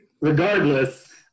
regardless